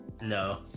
No